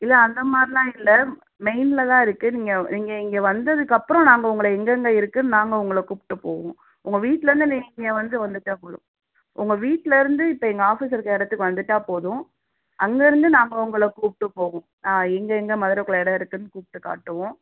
இல்லை அந்தமாதிரிலாம் இல்லை மெயின்ல தான் இருக்கு நீங்கள் நீங்கள் இங்கே வந்ததுக்கப்புறம் நாங்கள் உங்களை எங்கே எங்கே இருக்குன்னு நாங்கள் உங்களை கூப்பிட்டு போவோம் உங்கள் வீட்லருந்து நீங்கள் வந்து வந்துவிட்டா போதும் உங்கள் வீட்டில் இருந்து இப்போ எங்கள் ஆஃபீஸ் இருக்க இடத்துக்கு வந்துவிட்டா போதும் அங்கே இருந்து நாங்கள் உங்களை கூப்பிட்டு போவோம் ஆ எங்கள் எங்கள் மதுரகுள்ளே இடம் இருக்குன்னு கூப்பிட்டு காட்டுவோம்